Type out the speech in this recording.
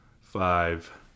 five